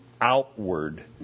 outward